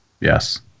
Yes